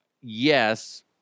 Yes